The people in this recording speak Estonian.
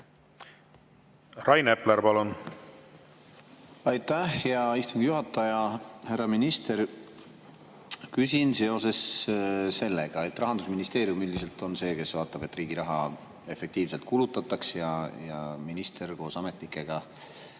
muuta? Aitäh, hea istungi juhataja! Härra minister! Küsin seoses sellega, et Rahandusministeerium üldiselt on see, kes vaatab, et riigi raha efektiivselt kulutataks, ja minister koos ametnikega